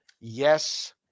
Yes